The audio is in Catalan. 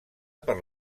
per